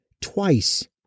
twice